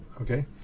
Okay